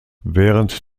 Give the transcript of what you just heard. während